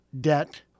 debt